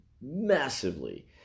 massively